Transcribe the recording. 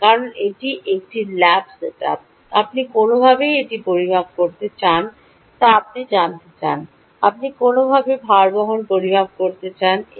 কারণ এটি একটি ল্যাব সেটআপ আপনি কোনওভাবেই এটি পরিমাপ করতে চান তা আপনি জানতে চান আপনি কোনওভাবে ভারবহন পরিমাপ করতে চান এবং